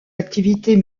activités